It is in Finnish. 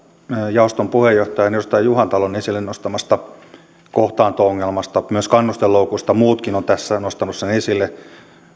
jaoston puheenjohtajan edustaja juhantalon esille nostamasta kohtaanto ongelmasta myös kannusteloukuista muutkin ovat tässä nostaneet sen esille